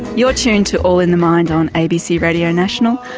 you're tuned to all in the mind on abc radio national,